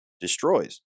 destroys